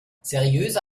seriöse